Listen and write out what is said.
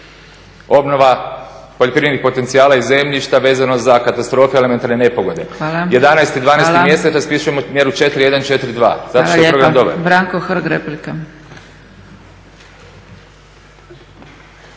obnova poljoprivrednih potencijala i zemljišta vezano za katastrofe elementarne nepogode. … /Upadica Zgrebec: Hvala./… 11. i 12. mjesec raspisujemo mjeru 4.1.4.2 zato što je program dobar.